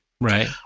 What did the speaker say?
Right